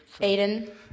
Aiden